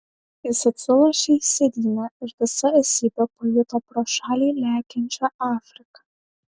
jis atsilošė į sėdynę ir visa esybe pajuto pro šalį lekiančią afriką